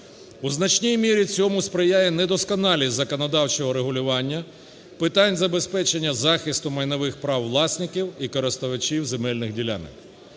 У значній мірі цьому сприяє недосконалість законодавчого регулювання питань забезпечення захисту майнових прав власників і користувачів земельних ділянок.